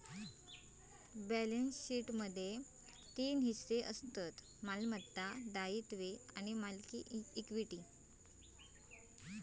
balance शीटमध्ये तीन हिस्से असतत मालमत्ता, दायित्वे आणि मालकी इक्विटी